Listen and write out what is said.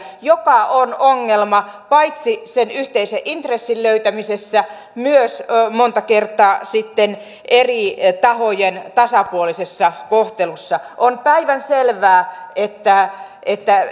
mikä on ongelma paitsi sen yhteisen intressin löytämisessä myös monta kertaa sitten eri eri tahojen tasapuolisessa kohtelussa on päivänselvää että että